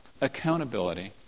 accountability